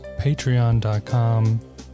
patreon.com